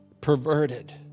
perverted